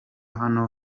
hano